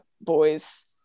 boys